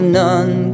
none